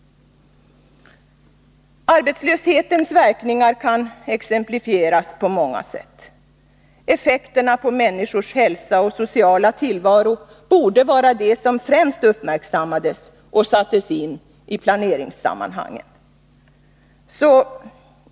Arbetslöshetens verkningar kan exemplifieras på många sätt. Effekterna på människors hälsa och sociala tillvaro borde vara det som främst uppmärksammades och sattes in i planeringssammanhangen.